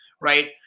Right